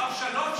כוכב שלום,